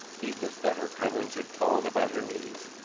heedless that her coverings had fallen about her knees,